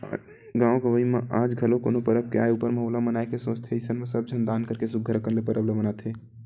गाँव गंवई म आज घलो कोनो परब के आय ऊपर म ओला मनाए के सोचथे अइसन म सब झन दान करके सुग्घर अंकन ले परब ल मनाथे